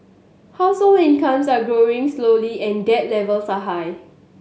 household incomes are growing slowly and debt levels are high